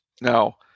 Now